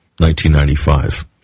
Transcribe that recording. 1995